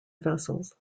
vessels